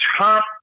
top